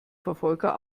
verfolger